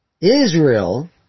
Israel